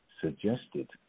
suggested